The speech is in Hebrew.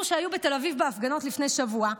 שהיו בתל אביב בהפגנות לפני שבוע.